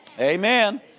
Amen